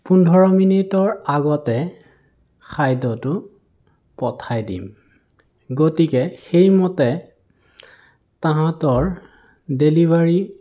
পোন্ধৰ মিনিটৰ আগতে খাদ্যটো পঠাই দিম গতিকে সেইমতে তাহাঁতৰ ডেলিভাৰী